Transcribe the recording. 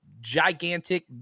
gigantic